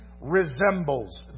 resembles